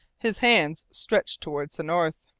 his hand stretched towards the north.